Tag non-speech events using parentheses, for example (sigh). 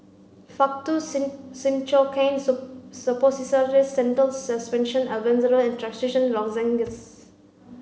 Faktu (unintelligible) Cinchocaine (unintelligible) Suppositories Zental Suspension Albendazole and Trachisan Lozenges